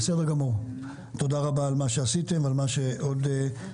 תודה רבה על מה שעשיתם ועל מה שעוד תעשו.